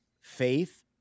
faith